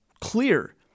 clear